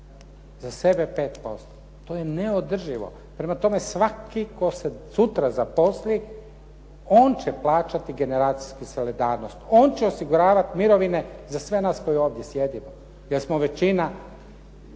za sebe 5%. To je neodrživo. Prema tome, svaki tko se sutra zaposli on će plaćati generacijsku solidarnost, on će osiguravati mirovine za sve nas koji ovdje sjedimo, jer smo većina